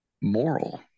moral